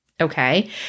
Okay